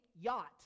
yacht